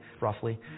roughly